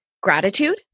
gratitude